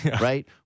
right